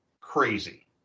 crazy